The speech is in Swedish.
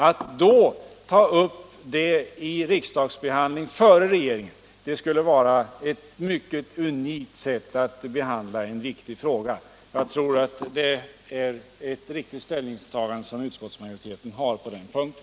Att ta upp frågan till behandling i riksdagen innan regeringen är klar med sitt ställningstagande skulle vara ett mycket unikt sätt att behandla en viktig fråga. Jag tror att utskottsmajoritetens ställningstagande på den punkten är riktigt.